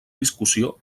discussió